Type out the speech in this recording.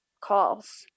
calls